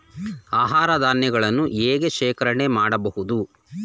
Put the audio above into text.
ಆಹಾರ ಧಾನ್ಯಗಳನ್ನು ಹೇಗೆ ಶೇಖರಣೆ ಮಾಡಬಹುದು?